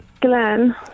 Glenn